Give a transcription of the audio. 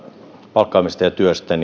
palkkaamisesta ja työstä